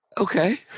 Okay